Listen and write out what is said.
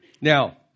Now